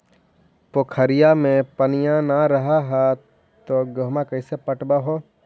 पोखरिया मे पनिया न रह है तो गेहुमा कैसे पटअब हो?